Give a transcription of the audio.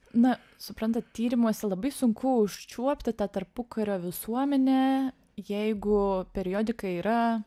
na suprantat tyrimuose labai sunku užčiuopti tą tarpukario visuomenę jeigu periodika yra